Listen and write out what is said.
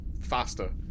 faster